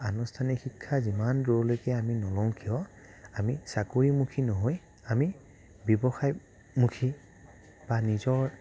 আনুষ্ঠানিক শিক্ষা আমি যিমান দূৰলৈকে আমি নলওঁ কিয় আমি চাকৰিমুখী নহৈ আমি ব্যৱসায়মুখী বা নিজৰ